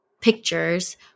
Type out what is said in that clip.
pictures